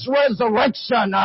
resurrection